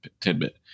tidbit